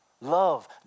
Love